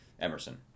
Emerson